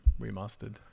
Remastered